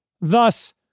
Thus